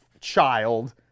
child